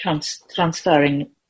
transferring